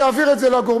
אני אעביר את זה לגורמים.